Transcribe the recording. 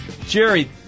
Jerry